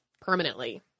permanently